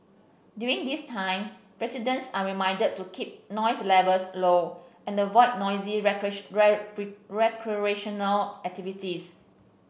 during this time residents are reminded to keep noise levels low and avoid noisy recreational activities